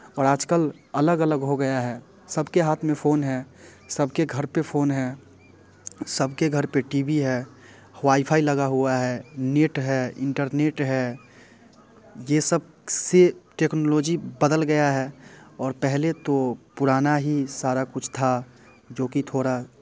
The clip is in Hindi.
और आज कल अलग अलग हो गया है सब के हाथ में फ़ोन है सब के घर पर फ़ोन है सब के घर पर टी वी है वाईफ़ाई लगा हुआ है नेट है इन्टरनेट है ये सब से टेक्नोलॉजी बदल गई है और पहले तो पुराना ही सारा कुछ था जो कि थोड़ा